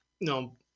No